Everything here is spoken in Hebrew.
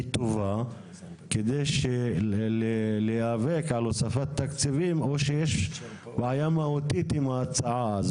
היא טובה כדי להיאבק על הוספת תקציבים או שיש בעיה מהותית עם ההצעה,